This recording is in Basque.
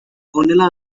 honela